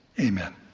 Amen